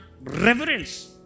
reverence